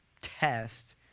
test